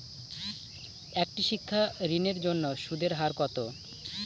একটি শিক্ষা ঋণের জন্য সুদের হার কত?